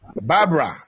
Barbara